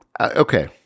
okay